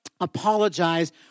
apologize